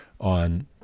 on